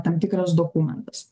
tam tikras dokumentas